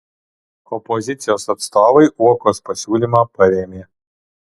opozicijos atstovai uokos pasiūlymą parėmė